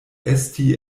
estis